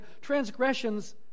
transgressions